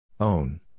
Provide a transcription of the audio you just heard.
Own